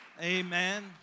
Amen